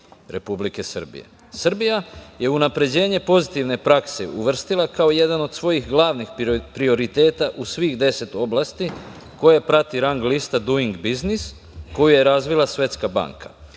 Republike Srbije. Srbija je unapređenje pozitivne prakse uvrstila kao jedan od svojih glavnih prioriteta u svih deset oblasti koje prati lista Duing biznis, koju je razvila Svetska banka.